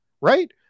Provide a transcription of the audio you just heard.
right